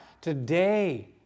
Today